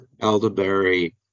elderberry